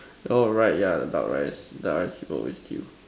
alright yeah the duck rice the duck rice always queue